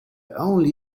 only